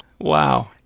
Wow